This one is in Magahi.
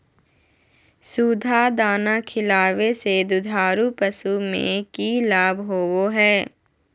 सुधा दाना खिलावे से दुधारू पशु में कि लाभ होबो हय?